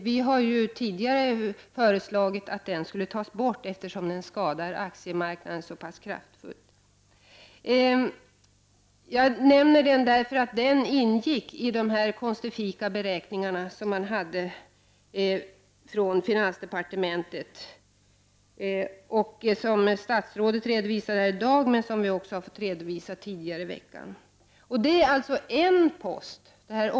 Vi har tidigare föreslagit att den skall tas bort, eftersom den skadar aktiemarknaden så pass kraftfullt. Jag nämner skatten, eftersom den ingick i de konstiga beräkningar som gjordes i finansdepartementet och som statsrådet redovisade i dag och tidigare i veckan.